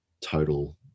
total